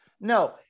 No